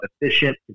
efficient